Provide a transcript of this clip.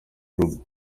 rugo